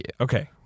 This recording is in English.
Okay